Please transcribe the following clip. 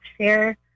share